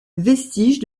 vestiges